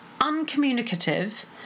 uncommunicative